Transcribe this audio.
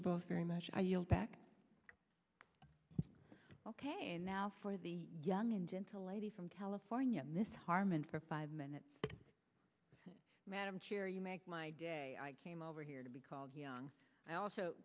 you both very much i yield back ok now for the young and gentle lady from california miss harman for five minutes madam chair you make my day i came over here to be called young i also